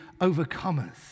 overcomers